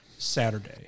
Saturday